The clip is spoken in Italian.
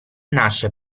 nasce